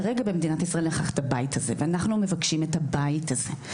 כרגע במדינת ישראל אין לך את הבית הזה ואנחנו מבקשים את הבית הזה,